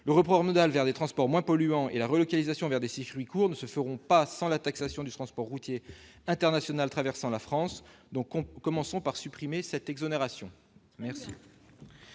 Le report modal vers des transports moins polluants et la relocalisation vers des circuits courts ne se feront pas sans la taxation du transport routier international traversant la France. Commençons donc par supprimer cette exonération !